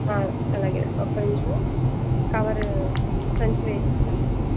అలాగే అండి ఒక్క నిమిషం కవరు సంచిలో వేసిస్తాను మీకు